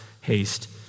haste